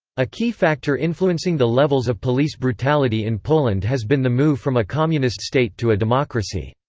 a key factor influencing the levels of police brutality in poland has been the move from a communist state to a democracy.